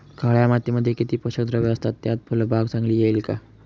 काळ्या मातीमध्ये किती पोषक द्रव्ये असतात, त्यात फुलबाग चांगली येईल का?